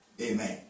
Amen